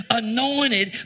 anointed